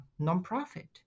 nonprofit